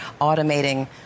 automating